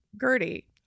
Gertie